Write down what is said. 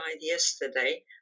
yesterday